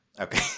Okay